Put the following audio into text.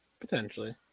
Potentially